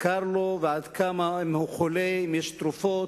קר לו, ועד כמה הוא חולה, אם יש תרופות,